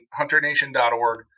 hunternation.org